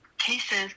cases